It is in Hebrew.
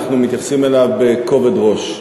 אנחנו מתייחסים אליו בכובד ראש.